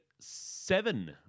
seven